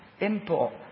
import